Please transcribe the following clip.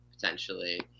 Potentially